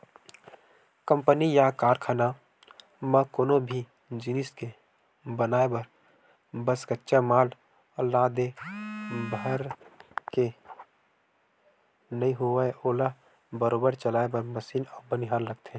company या कारखाना म कोनो भी जिनिस के बनाय बर बस कच्चा माल ला दे भर ले नइ होवय ओला बरोबर चलाय बर मसीन अउ बनिहार लगथे